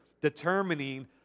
determining